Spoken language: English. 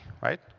right